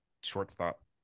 shortstop